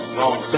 long